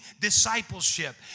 discipleship